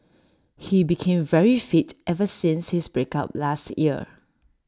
he became very fit ever since his break up last year